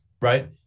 Right